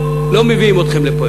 כדרכך בקודש, אתה אמיץ,